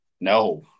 No